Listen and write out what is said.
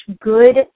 good